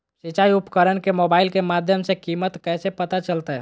सिंचाई उपकरण के मोबाइल के माध्यम से कीमत कैसे पता चलतय?